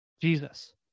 Jesus